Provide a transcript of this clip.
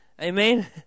Amen